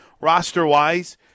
roster-wise